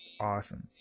awesome